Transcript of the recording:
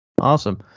Awesome